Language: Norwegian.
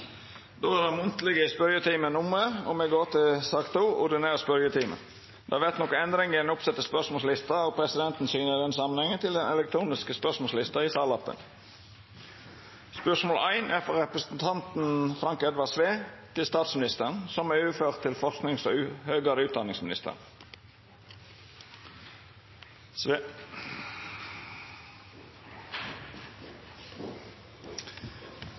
Då er den munnlege spørjetimen over, og me går over til den ordinære spørjetimen. Det vert nokre endringar i den oppsette spørsmålslista, og presidenten viser i den samanhengen til den elektroniske spørsmålslista i salappen. Endringane var desse: Spørsmål 1, frå representanten Frank Edvard Sve til statsministeren, er overført til forskings- og høgare utdanningsministeren.